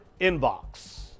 inbox